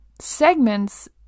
segments